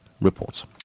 reports